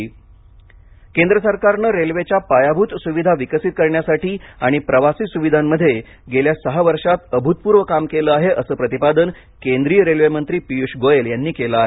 Goyal railway केंद्र सरकारने रेल्वेच्या पायाभूत सुविधा विकसित करण्यासाठी आणि प्रवासी सुविधांमध्ये गेल्या सहा वर्षांत अभूतपूर्व काम केले आहे असं प्रतिपादन केंद्रीय रेल्वेमंत्री पियूष गोयल यांनी केलं आहे